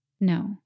No